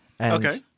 Okay